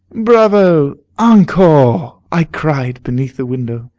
bravo! encore! i cried, beneath the window,